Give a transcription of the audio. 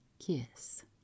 Kiss